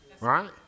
Right